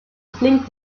flink